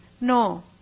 No